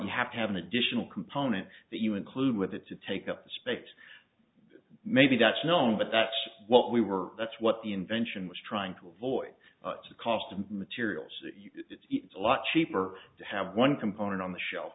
you have to have an additional component that you include with it to take up the space maybe that's known but that's what we were that's what the invention was trying to avoid the cost of materials a lot cheaper to have one component on the shelf